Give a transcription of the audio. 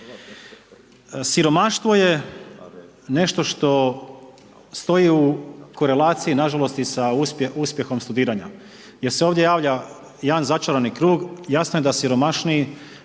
Siromaštvo je nešto što stoji u korelaciji na žalost i sa uspjehom studiranja jer se ovdje javlja jedan začarani krug. Jasno je da siromašniji